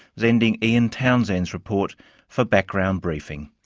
was ending ian townsend's report for background briefing.